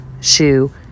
shoe